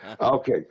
Okay